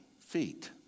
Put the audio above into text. feet